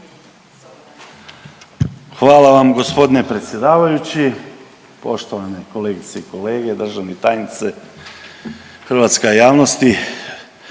Hvala vam gospodine predsjedavajući, poštovane kolegice i kolege, državna tajnice, hrvatska javnosti.